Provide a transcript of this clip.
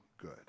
good